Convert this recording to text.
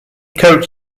coached